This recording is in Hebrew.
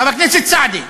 חבר הכנסת סעדי,